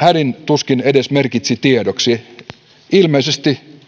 hädin tuskin edes merkitsi tiedoksi